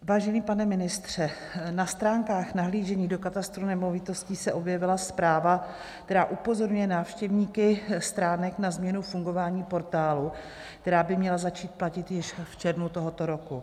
Vážený pane ministře, na stránkách nahlížení do Katastru nemovitostí se objevila zpráva, která upozorňuje návštěvníky stránek na změnu fungování portálu, která by měla začít platit již v červnu tohoto roku.